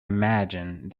imagine